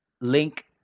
link